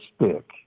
stick